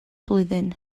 blwyddyn